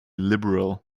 liberal